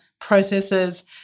processes